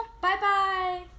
Bye-bye